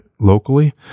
locally